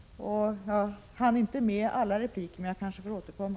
Jag hann inte med alla repliker, men jag kanske får återkomma.